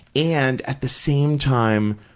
and, at the same time,